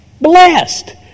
Blessed